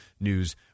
News